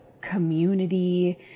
community